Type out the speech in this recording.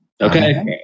Okay